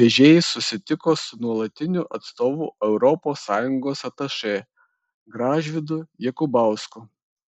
vežėjai susitiko su nuolatiniu atstovu europos sąjungos atašė gražvydu jakubausku